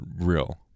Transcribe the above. real